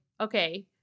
okay